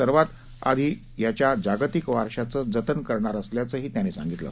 सर्वात आधी याच्या जागतिक वारशाचं जतन करणार असल्याचं त्यांनी सांगितलं